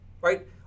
right